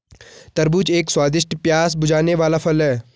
तरबूज एक स्वादिष्ट, प्यास बुझाने वाला फल है